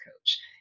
coach